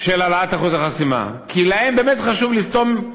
בהעלאת אחוז החסימה כי להם באמת חשוב לסתום,